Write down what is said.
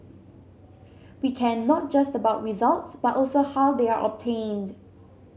we care not just about results but also how they are obtained